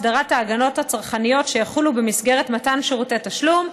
הסדרת ההגנות הצרכניות שיחולו במסגרת מתן שירותי תשלום,